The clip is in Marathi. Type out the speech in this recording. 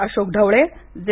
अशोक ढवळे जे